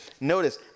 Notice